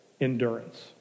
endurance